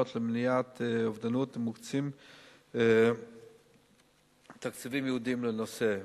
למניעת אובדנות ומוקצים תקציבים ייעודיים לנושא.